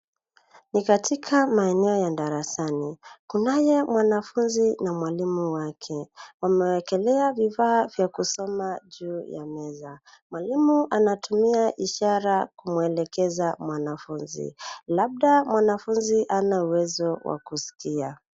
Ni katika maeneo ya darasani . Kunaye mwanafunzi na mwalimu wake . Wamewekelea vifaa vya kusoma juu ya meza. Mwalimu anatumia ishara kumwelekeza mwanafunzi. Labda mwanafunzi hana uwezo wa kusikia.